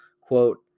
Quote